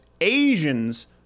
Asians